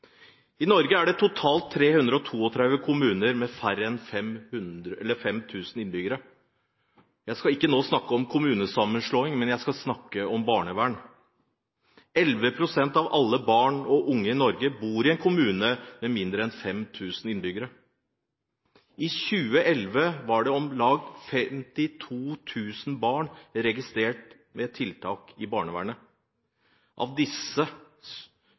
I Norge er det totalt 232 kommuner med færre enn 5 000 innbyggere. Jeg skal ikke nå snakke om kommunesammenslåing, jeg skal snakke om barnevern. 11 pst. av alle barn og unge i Norge bor i en kommune med mindre enn 5 000 innbyggere. I 2011 var det om lag 52 000 barn registrert med tiltak fra barnevernet. Av disse